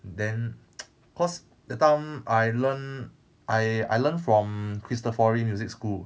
then cause that time I learn I I learn from cristofori music school